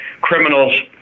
criminals